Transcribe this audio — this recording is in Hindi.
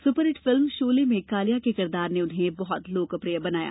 सुपरहित फिल्म शोले में कालिया के किरदार ने उन्हें बहुत लोकप्रिय बनाया